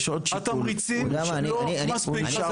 התמריצים לא מספיק.